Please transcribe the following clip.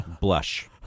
blush